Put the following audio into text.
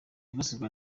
bibasirwa